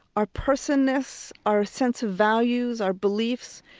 our person-ness, our sense of values, our beliefs.